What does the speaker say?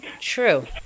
true